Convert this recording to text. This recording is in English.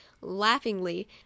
laughingly